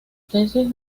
tesis